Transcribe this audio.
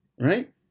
right